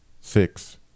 six